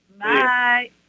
Bye